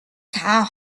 цагаан